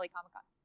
Comic-Con